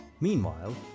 Meanwhile